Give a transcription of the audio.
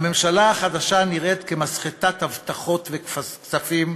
הממשלה החדשה נראית כמסחטת הבטחות וכספים,